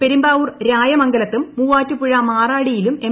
പെരുമ്പാവൂർ രായമംഗലത്തും മൂവാറ്റുപുഴ മാറാടിയിലും എം